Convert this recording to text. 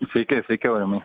sveik sveiki laimai